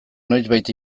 noizbait